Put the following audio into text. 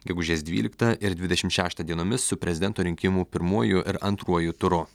gegužės dvyliktą ir dvidešimt šeštą dienomis su prezidento rinkimų pirmuoju ir antruoju turu